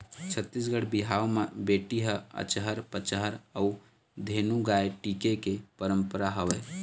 छत्तीसगढ़ी बिहाव म बेटी ल अचहर पचहर अउ धेनु गाय टिके के पंरपरा हवय